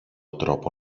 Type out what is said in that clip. τρόπο